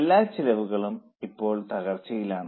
എല്ലാ ചെലവും ഇപ്പോൾ തകർച്ചയിലാണ്